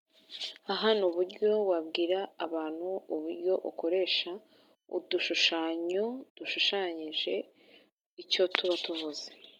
Aha ni uburyo wabwiraabantu uburyo ukoresha, udushushanyo dushushanyije icyo tuba tuvuze.